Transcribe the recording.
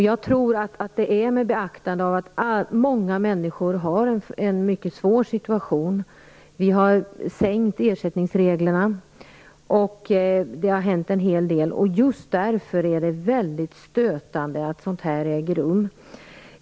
Jag tror att detta är med beaktande av att många människor har en mycket svår situation. Ersättningsreglerna har sänkts och det har hänt en hel del annat. Just därför är det väldigt stötande att sådant här äger rum.